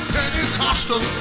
Pentecostal